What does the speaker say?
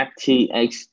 FTX